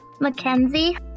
Mackenzie